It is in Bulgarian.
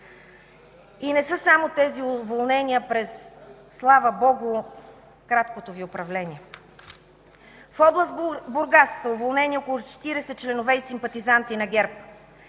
И не са само тези уволнения през, слава Богу, краткото Ви управление. В област Бургас са уволнени около 40 членове и симпатизанти на ГЕРБ.